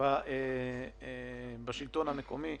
בשלטון המקומי.